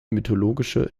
mythologische